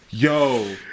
Yo